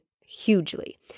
hugely